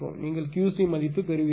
நீங்கள் QC மதிப்பு பெறுவீர்கள்